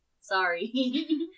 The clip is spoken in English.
Sorry